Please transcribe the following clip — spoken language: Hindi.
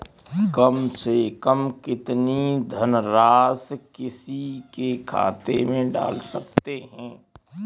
कम से कम कितनी धनराशि किसी के खाते में डाल सकते हैं?